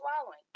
swallowing